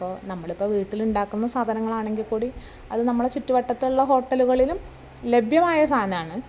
അപ്പോൾ നമ്മളിപ്പം വീട്ടിലുണ്ടാക്കുന്ന സാധനങ്ങളാണെങ്കിൽ കൂടി അതു നമ്മളുടെ ചുറ്റുവട്ടത്തുള്ള ഹോട്ടലുകളിലും ലഭ്യമായ സാധനമാണ്